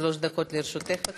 שלוש דקות לרשותך.